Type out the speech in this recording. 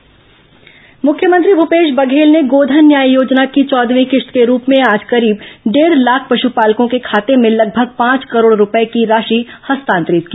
गोधन न्याय योजना किश्त मुख्यमंत्री भूपेश बघेल ने गोधन न्याय योजना की चौदहवीं किश्त के रूप में आज करीब डेढ़ लाख पशुपालकों के खाते में लगभग पांच करोड़ रूपए की राशि हस्तांतरित की